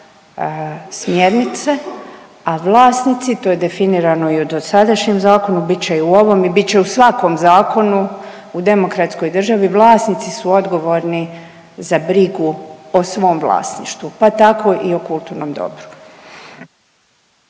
smjernice, a vlasnici to je definirano i u dosadašnjem zakonu bit će i u ovom i bit će u svakom zakonu u demokratskoj državi vlasnici su odgovorni za brigu o svom vlasništvu pa tako i o kulturnom dobru.